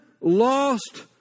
lost